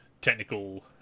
technical